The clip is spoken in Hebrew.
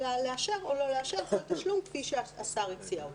אלא לאשר או לא לאשר כל תשלום כפי שהשר הציע אותו.